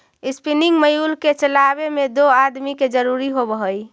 spinning mule के चलावे में दो आदमी के जरुरी होवऽ हई